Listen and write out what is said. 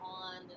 on